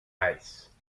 ice